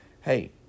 hey